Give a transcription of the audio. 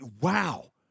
Wow